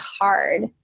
hard